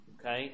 Okay